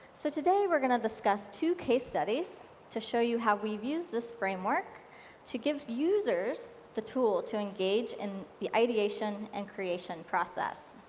so we're going to discuss two case studies to show you how we've used this framework to give users the tool to engage in the ideation and creation process.